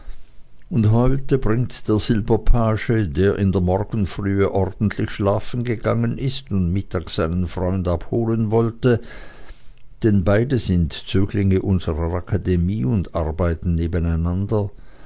und heute bringt der silberpage der in der morgenfrühe ordentlich schlafen gegangen ist und mittags seinen freund abholen wollte denn beide sind zöglinge unserer akademie und arbeiten nebeneinander